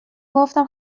گفتم